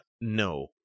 no